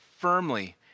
firmly